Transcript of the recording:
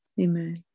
Amen